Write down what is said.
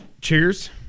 Cheers